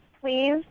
Please